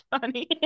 funny